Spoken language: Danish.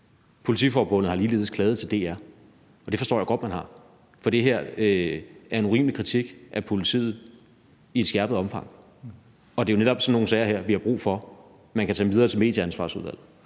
Politiforbundet har ligeledes klaget til DR, og det forstår jeg godt at man har, for det her er en urimelig kritik af politiet – i et skærpet omfang. Og det er jo netop sådan nogle sager her, vi har brug for at man kan tage videre til Medieansvarsudvalget.